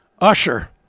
Usher